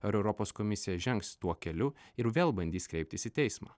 ar europos komisija žengs tuo keliu ir vėl bandys kreiptis į teismą